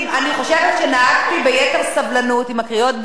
אני חושבת שנהגתי ביתר סבלנות עם קריאות הביניים.